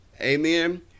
Amen